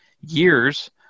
years